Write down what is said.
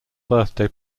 birthday